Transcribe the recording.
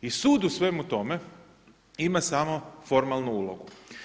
I sud u svemu tome ima samo formalnu ulogu.